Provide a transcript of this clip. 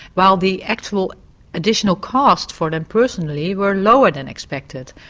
while the actual additional costs for them personally were lower than expected.